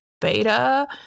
beta